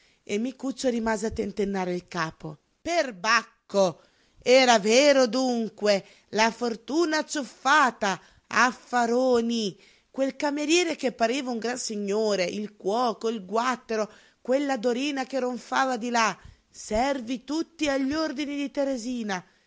e micuccio rimase a tentennare il capo perbacco era vero dunque la fortuna acciuffata affaroni quel cameriere che pareva un gran signore il cuoco e il guattero quella dorina che ronfava di là servi tutti a gli ordini di teresina